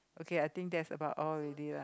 okay I think that's about all already lah